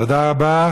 תודה רבה.